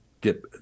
get